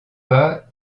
pas